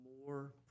more